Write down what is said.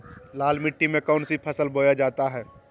लाल मिट्टी में कौन सी फसल बोया जाता हैं?